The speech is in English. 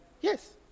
Yes